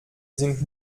sind